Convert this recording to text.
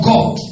God